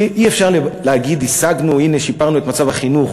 אי-אפשר להגיד, השגנו, הנה, שיפרנו את מצב החינוך